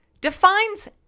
defines